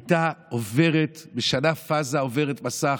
הייתה עוברת, משנה פאזה, עוברת מסך.